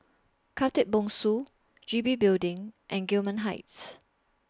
Khatib Bongsu G B Building and Gillman Heights